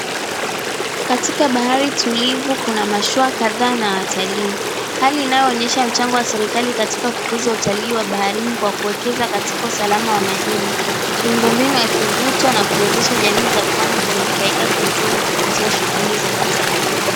Katika bahari tulivu kuna mashua kadhaa na watalii, hali inaonyesha mchango wa serikali katika kukuzua utalii wa baharini kwa kuwekeza katika usalama wa majini, miundo mbinu yakivutwa na kuwezesha jamii za pwani kunufaika kiuchumi kupitia shughuli za kitalii.